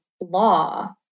law